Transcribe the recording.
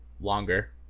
longer